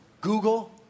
Google